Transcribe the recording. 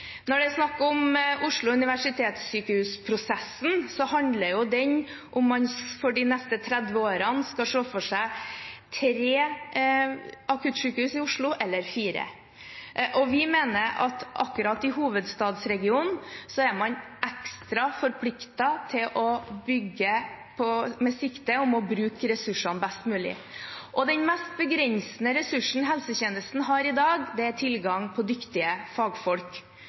Når det er snakk om Oslo universitetssykehus-prosessen, handler jo den om man – for de neste 30 årene – skal se for seg tre akuttsykehus i Oslo eller fire. Vi mener at man i hovedstadsregionen er ekstra forpliktet til å bygge med sikte på å bruke ressursene best mulig, og den mest begrensede ressursen helsetjenesten har i dag, er tilgang på dyktige fagfolk.